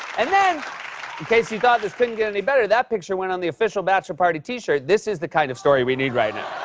and then, in case you thought this couldn't get any better, that picture went on the official bachelor party t-shirt. this is the kind of story we need right now.